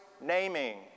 naming